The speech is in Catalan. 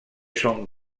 són